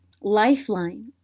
lifeline